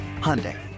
Hyundai